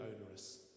onerous